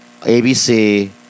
ABC